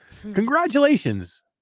congratulations